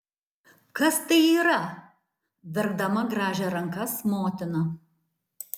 kas tai yra verkdama grąžė rankas motina